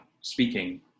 speaking